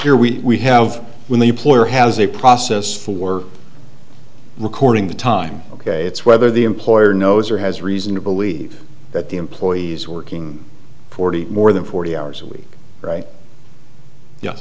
here we have when the employer has a process for recording the time ok it's whether the employer knows or has reason to believe that the employees working forty more than forty hours a week right ye